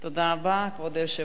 כבוד היושב-ראש,